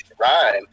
rhyme